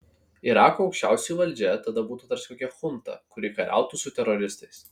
irako aukščiausioji valdžia tada būtų tarsi kokia chunta kuri kariautų su teroristais